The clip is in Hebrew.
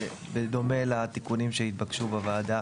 בדומה לתיקונים שהתבקשו בוועדה